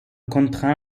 contraint